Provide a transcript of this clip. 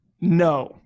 No